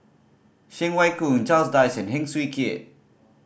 Cheng Wai Keung Charles Dyce and Heng Swee Keat